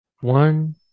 one